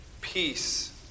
peace